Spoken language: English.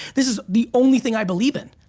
this is the only thing i believe in.